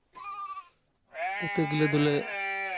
ᱠᱚᱛᱮᱜᱤᱞᱟ ᱫᱚᱞᱮ